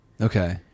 okay